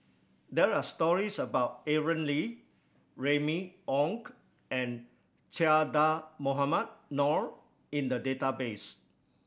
there are stories about Aaron Lee Remy Ong and Che Dah Mohamed Noor in the database